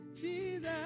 Jesus